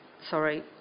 sorry